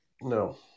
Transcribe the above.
No